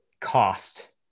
cost